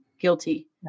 Guilty